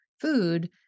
food